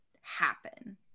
happen